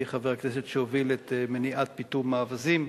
אני חבר הכנסת שהוביל את מניעת פיטום האווזים,